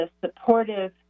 supportive